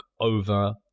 over